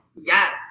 Yes